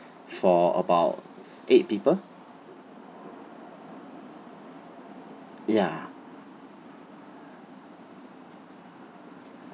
for about eight people ya